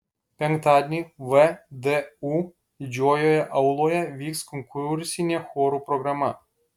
penktadienį vdu didžiojoje auloje vyks konkursinė chorų programa